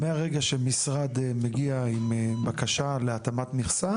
מרגע שבו משרד מגיע עם בקשה להתאמת מכסה